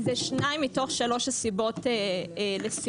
אלה שתיים מתוך שלוש הסיבות לסירוב.